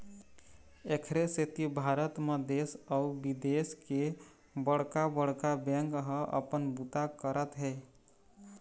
एखरे सेती भारत म देश अउ बिदेश के बड़का बड़का बेंक ह अपन बूता करत हे